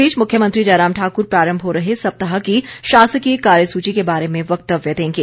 इस बीच मुख्यमंत्री जयराम ठाकुर प्रारंभ हो रहे सप्ताह की शासकीय कार्यसूची के बारे में वक्तव्य देंगे